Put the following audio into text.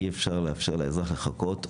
אי אפשר לאפשר לאזרח לחכות חודשים.